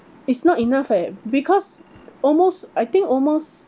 it's not enough leh because almost I think almost